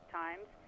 times